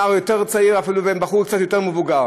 נער יותר צעיר אפילו או בחור קצת יותר מבוגר,